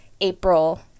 April